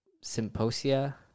symposia